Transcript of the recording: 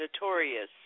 notorious